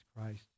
Christ